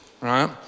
Right